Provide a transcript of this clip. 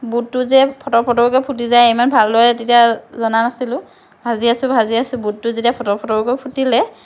বুটটো যে ফটৰ ফটৰকৈ ফুটি যায় ইমান ভালদৰে তেতিয়া জনা নাছিলো ভাজি আছোঁ ভাজি আছো বুটটো যেতিয়া ফটৰ ফটৰকৈ ফুটিলে